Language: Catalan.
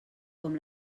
com